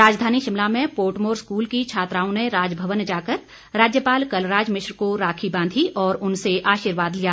राजधानी शिमला में Portmore school की छात्राओं ने राज भवन जाकर राज्यपाल कलराज मिश्र को राखी बांधी और उनसे आशीर्वाद लिया